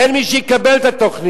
אין מי שיקבל את התוכניות.